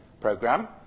program